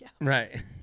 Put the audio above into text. Right